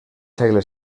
segle